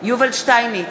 יובל שטייניץ,